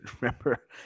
Remember